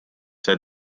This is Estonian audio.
see